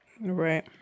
right